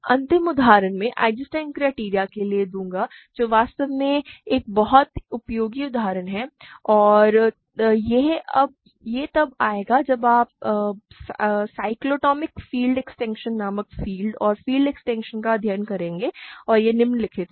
तो अंतिम उदाहरण मैं आइजेंस्टाइन क्राइटेरियन के लिए दूंगा जो वास्तव में एक बहुत ही उपयोगी उदाहरण है और यह तब आएगा जब हम साइक्लोटोमिक फील्ड एक्सटेंशन नामक फ़ील्ड और फील्ड एक्सटेंशन का अध्ययन करेंगे और यह निम्नलिखित है